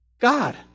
God